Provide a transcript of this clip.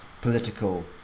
political